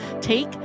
Take